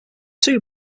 two